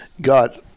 got